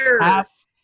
half